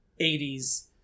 80s